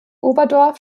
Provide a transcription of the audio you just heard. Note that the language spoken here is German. oberdorf